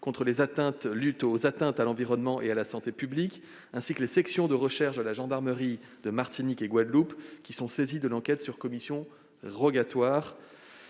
contre les atteintes à l'environnement et à la santé publique, ainsi que la section de recherches de la gendarmerie de Martinique et de Guadeloupe, qui sont saisis de l'enquête sur commission rogatoire.